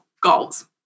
goals